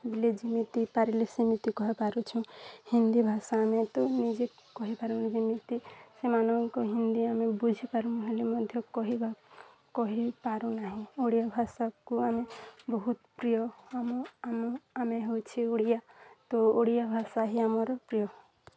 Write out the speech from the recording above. ବୋଲି ଯେମିତି ପାରିଲେ ସେମିତି କହିପାରୁଛୁ ହିନ୍ଦୀ ଭାଷା ଆମେ ତ ନିଜେ କହିପାରୁନୁ ଯେମିତି ସେମାନଙ୍କୁ ହିନ୍ଦୀ ଆମେ ବୁଝିପାରୁନୁ ହେଲେ ମଧ୍ୟ କହିବା କହିପାରୁନାହିଁ ଓଡ଼ିଆ ଭାଷାକୁ ଆମେ ବହୁତ ପ୍ରିୟ ଆମ ଆମ ଆମେ ହଉଛି ଓଡ଼ିଆ ତ ଓଡ଼ିଆ ଭାଷା ହିଁ ଆମର ପ୍ରିୟ